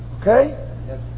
Okay